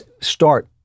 start